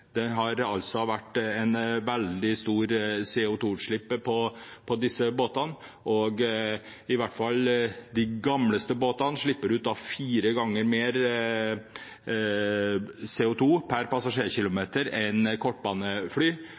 det har vært veldig store CO2-utslipp fra disse båtene, de eldste slipper ut fire ganger mer CO2 per passasjerkilometer enn kortbanefly.